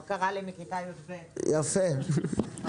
בבקשה.